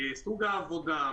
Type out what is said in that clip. סוג העבודה,